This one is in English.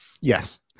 Yes